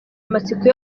amatsiko